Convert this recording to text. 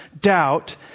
doubt